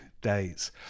days